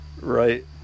Right